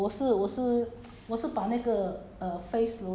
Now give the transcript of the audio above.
but she she maintain a lot uh she maintain a lot